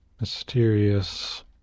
mysterious